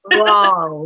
Wow